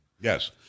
Yes